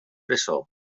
presó